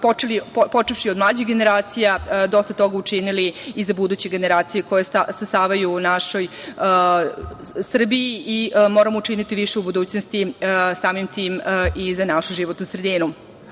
počevši od mlađih generacija, dosta toga učinili i za buduće generacije koje stasavaju u našoj Srbiji i moramo učiniti više u budućnosti, samim tim i za našu životnu sredinu. Mnogi